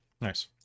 Nice